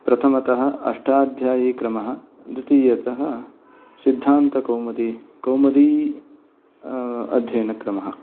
प्रथमतः अष्टाध्यायीक्रमः द्वितीयतः सिद्धान्तकौमुदी कौमुदी अध्ययनक्रमः